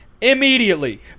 Immediately